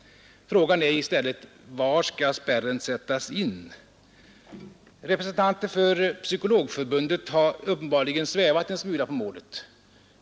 Frågan är i stället: Var skall spärren sättas in? Representanter för Psykologförbundet har uppenbarligen svävat en smula på målet.